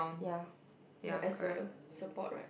ya the as the support right